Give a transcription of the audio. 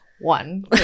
one